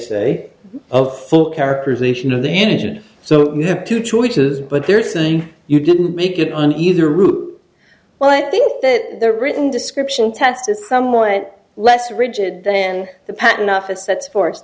say of full characterization of the injured so you have two choices but there see you didn't make it on either route well i think that the written description test is somewhat less rigid then the patent office that's forced